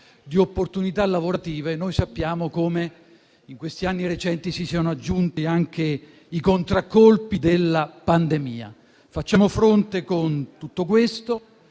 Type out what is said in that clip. di opportunità lavorative, sappiamo come in questi anni recenti si siano aggiunti anche i contraccolpi della pandemia. Facciamo fronte a tutto questo.